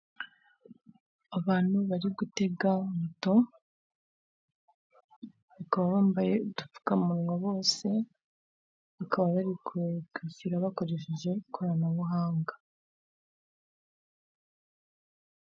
Abantu bari gutega moto baka bambaye udupfukamunwa bose bakaba bari kwishyura bakoresheje ikoranabuhanga.